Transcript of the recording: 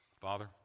Father